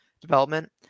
development